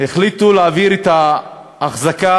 החליטו להעביר את ההחזקה,